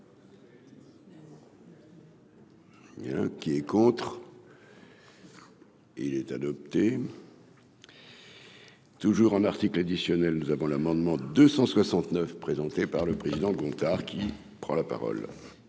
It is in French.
Et un qui est contre. Et il est adopté. Toujours en article additionnel nous avons l'amendement 269 présentée par le président Gontard, qui prend la parole.